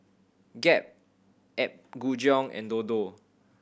Gap Apgujeong and Dodo